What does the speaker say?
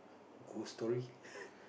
ghost story